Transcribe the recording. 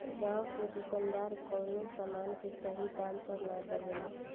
गांव के दुकानदार कवनो समान के सही दाम पर ना देवे ले